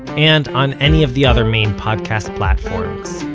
and on any of the other main podcast platforms.